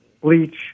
bleach